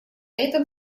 этом